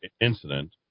incident